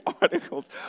articles